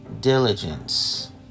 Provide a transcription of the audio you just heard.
diligence